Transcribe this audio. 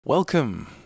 Welcome